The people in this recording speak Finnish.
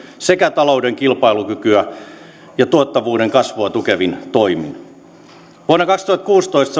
sekä talouden kilpailukykyä ja tuottavuuden kasvua tukevin toimin vuonna kaksituhattakuusitoista